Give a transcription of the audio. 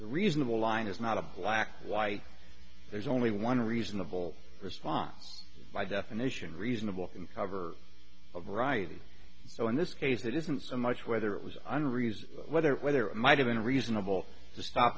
reasonable line is not a black white there's only one reasonable response by definition reasonable can cover a variety so in this case it isn't so much whether it was unreason whether whether it might have been reasonable to stop